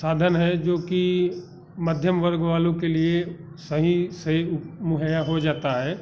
साधन है जो कि मध्यम वर्ग वालों के लिए सही सही मुहया हो जाता है